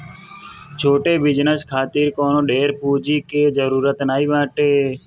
छोट बिजनेस खातिर कवनो ढेर पूंजी के जरुरत नाइ बाटे